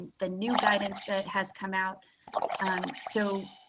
the new guidance that has come out so